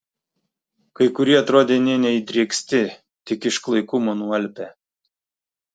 kai kurie atrodė nė neįdrėksti tik iš klaikumo nualpę